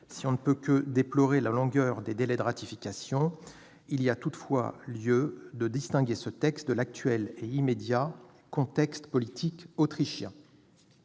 Si l'on ne peut que déplorer la longueur des délais de ratification, il y a lieu toutefois de distinguer ce texte de l'actuel contexte politique autrichien.